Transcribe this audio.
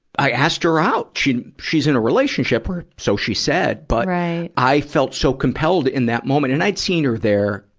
i asked her out. she's, she's in a relationship or so she said. but, i i felt so compelled in that moment and i'd seen her there,